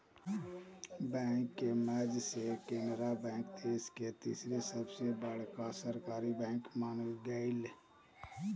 bank के merge से Canara bank देश के तीसर सबसे बड़का सरकारी बैंक बन गेलय